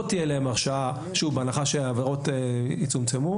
לא תהיה להם הרשעה בהנחה שהעבירות יצומצמו,